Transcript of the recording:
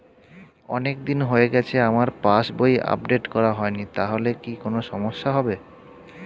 অনেকদিন হয়ে গেছে আমার পাস বই আপডেট করা হয়নি তাহলে কি কোন সমস্যা হবে?